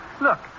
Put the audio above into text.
Look